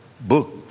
book